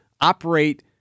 operate